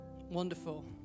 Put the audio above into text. Wonderful